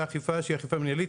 לאכיפה שהיא אכיפה מנהלית,